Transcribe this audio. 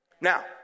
Now